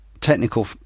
technical